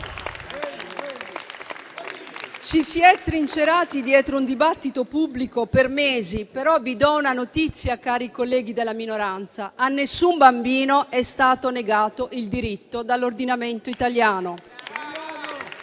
Ci si è trincerati dietro un dibattito pubblico per mesi, però vi do una notizia, cari colleghi della minoranza: a nessun bambino è stato negato il diritto dall'ordinamento italiano.